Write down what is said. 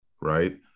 Right